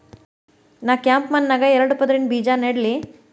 ನಾ ಕೆಂಪ್ ಮಣ್ಣಾಗ ಎರಡು ಪದರಿನ ಬೇಜಾ ನೆಡ್ಲಿ?